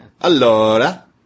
Allora